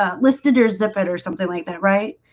ah listed or zip it or something like that, right?